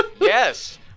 yes